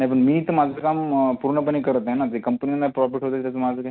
नाही पण मी तर माझं काम पूर्णपणे करत आहे ना ते कंपनींना प्रॉपिट होत आहे त्यात माझं काय